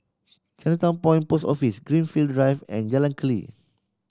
Chinatown Point Post Office Greenfield Drive and Jalan Keli